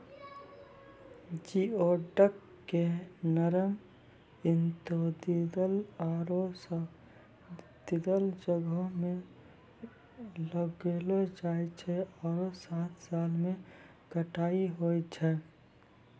geoduck के नरम intertidal आरो सब्तिदल जग्हो में लगैलो जाय छै आरो सात साल में कटाई होय छै